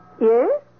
Yes